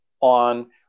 on